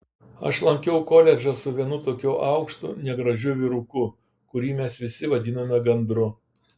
aš lankiau koledžą su vienu tokiu aukštu negražiu vyruku kurį mes visi vadinome gandru